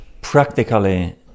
practically